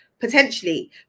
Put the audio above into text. potentially